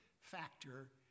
factor